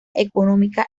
económica